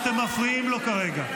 אתם מפריעים לו כרגע,